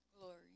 glory